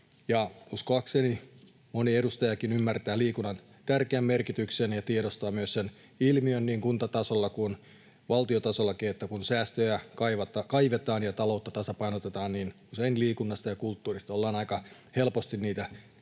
Uskoakseni moni edustajakin ymmärtää liikunnan tärkeän merkityksen ja tiedostaa myös sen ilmiön niin kuntatasolla kuin valtiotasollakin, että kun säästöjä kaivetaan ja taloutta tasapainotetaan, niin usein liikunnasta ja kulttuurista ollaan aika helposti niiden